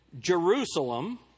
Jerusalem